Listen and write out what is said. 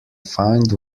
find